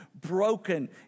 broken